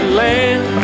land